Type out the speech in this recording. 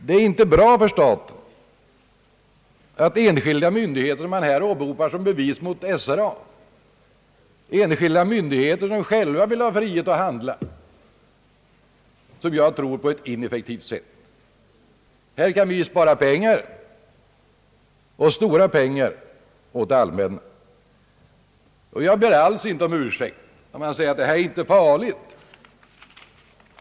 Det är inte bra för staten att man här åberopar enskilda myndigheter som bevis mot SRA, enskilda myndigheter som själva vill ha frihet att handla på ett som jag tror ineffektivt sätt. Här kan vi spara stora pengar åt det allmänna. Jag ber alls inte om ursäkt för att jag säger att detta inte är någonting farligt.